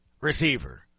receiver